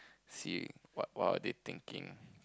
see what what are they thinking